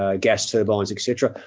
ah gas turbines, etc.